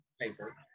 paper